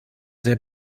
sehr